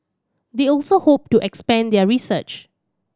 they also hope to expand their research